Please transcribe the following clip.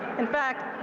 in fact,